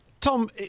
Tom